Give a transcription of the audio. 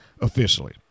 officially